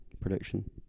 prediction